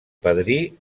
padrí